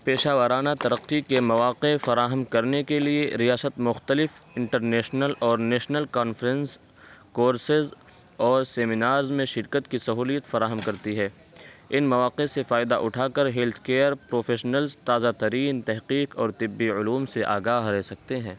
پیشہ ورانہ ترقی کے مواقع فراہم کرنے کے لیے ریاست مختلف انٹرنیشنل اور نیشنل کانفرنس کورسز اور سیمینارز میں شرکت کی سہولت فراہم کرتی ہے ان مواقع سے فائدہ اٹھا کر ہیلتھ کیئر پروفیشنلز تازہ ترین تحقیق اور طبی علوم سے آگاہ رہ سکتے ہیں